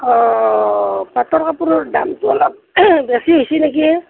অঁ পাটৰ কাপোৰৰ দামটো অলপ বেছি হৈছে নেকি